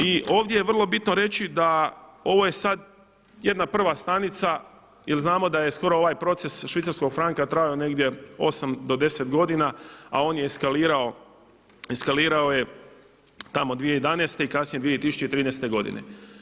I ovdje je vrlo bitno reći da ovo je sad jedna prva stanica, jer znamo da je skoro ovaj proces švicarskog franka trajao negdje 8 do 10 godina, a on je eskalirao, eskalirao je tamo 2011. i kasnije 2013. godine.